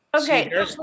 Okay